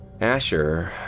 Asher